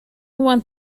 want